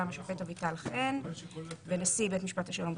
השופט אביטל חן ונשיא בית משפט השלום בחיפה.